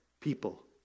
people